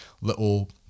little